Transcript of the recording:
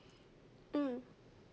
mm